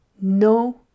no